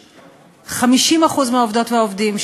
50% מהעובדות והעובדים,